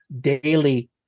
daily